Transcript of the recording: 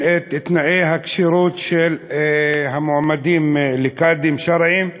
את תנאי הכשירות של המועמדים לקאדים שרעיים.